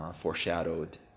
foreshadowed